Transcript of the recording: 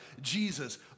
Jesus